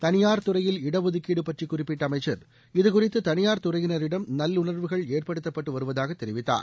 தனியார் துறையில் இடஒதுக்கீடு பற்றி குறிப்பிட்ட அமைச்சர் இது குறித்து தனியார் துறையினரிடம் நல்லுணர்வுகள் ஏற்படுத்தப்பட்டு வருவதாக தெரிவித்தார்